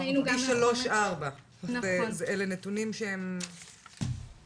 פי שלוש ארבע, אלה נתונים שהם מזעזעים.